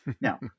Now